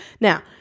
Now